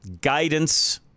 guidance